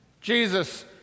Jesus